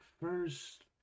first